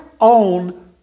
own